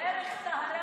להם